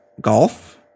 golf